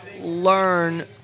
learn